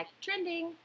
Trending